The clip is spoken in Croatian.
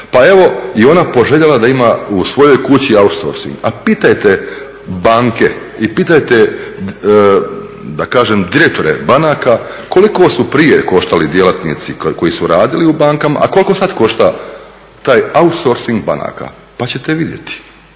pa evo i ona poželjela da ima u svojoj kući outsourcing. A pitajte banke i pitajte, da kažem direktora banaka koliko su prije koštali djelatnici koji su radili u bankama, a koliko sada košta taj outsourcing banaka, pa ćete vidjeti,